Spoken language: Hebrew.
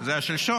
זה היה שלשום,